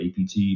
APT